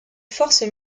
force